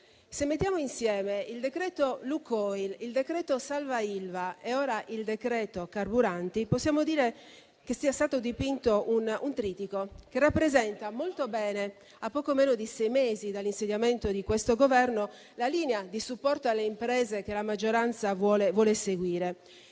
se mettiamo insieme il decreto Lukoil, il decreto salva Ilva e ora il decreto carburanti, possiamo dire sia stato dipinto un trittico che rappresenta molto bene, a poco meno di sei mesi dall'insediamento di questo Governo, la linea di supporto alle imprese che la maggioranza vuole seguire.